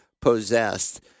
possessed